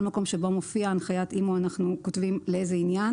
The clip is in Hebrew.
מקום שבו מופיעה הנחיית אימ"ו אנחנו כותבים לאיזה עניין,